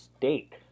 State